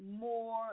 more